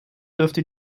dürfte